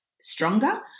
stronger